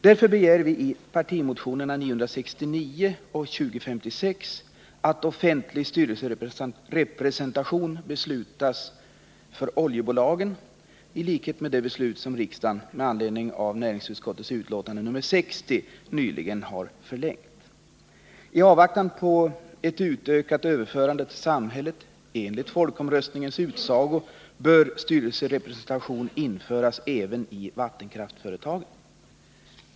Därför begär vi i partimotionerna 1979/80:969 och 2056 att beslut skall fattas om offentlig styrelserepresentation i oljebolagen i enlighet med den lag som riksdagen med anledning av näringsutskottets betänkande 60 nyligen har förlängt giltigheten av. I avvaktan på ett — enligt folkomröstningens utsago — utökat överförande till samhället av vattenkraftsanläggningar bör offentlig styrelserepresentation införas även i vattenkraftsföretagen.